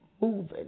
moving